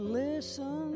listen